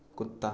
कुत्ता